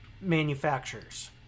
manufacturers